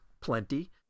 plenty